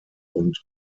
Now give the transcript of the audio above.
und